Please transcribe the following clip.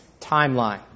timeline